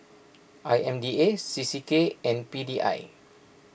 I M D A C C K and P D I